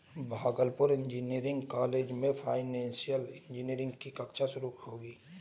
Bhagalpur engineering college में financial engineering की कक्षा शुरू होगी